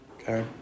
Okay